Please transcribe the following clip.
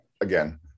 again